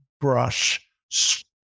brush